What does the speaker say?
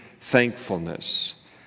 thankfulness